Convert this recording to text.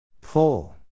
Pull